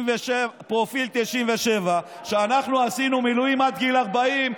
פרופיל 97. כשאנחנו עשינו מילואים עד גיל 40,